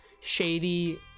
shady